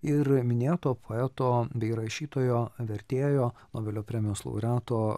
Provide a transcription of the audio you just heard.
ir minėto poeto bei rašytojo vertėjo nobelio premijos laureato